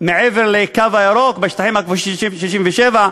בשטחים הכבושים מ-1967,